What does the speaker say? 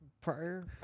prior